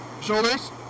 shoulders